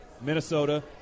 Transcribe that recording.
Minnesota